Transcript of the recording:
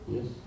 Yes